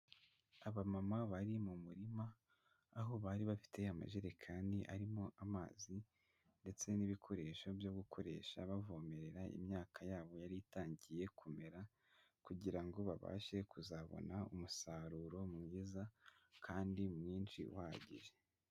Abamama bari mu murima, aho bari bafite amajerekani arimo amazi, ndetse n'ibikoresho byo gukoresha bavomerera imyaka yabo yari itangiye kumera, kugira ngo babashe kuzabona umusaruro mwiza, kandi mwinshi uhagije.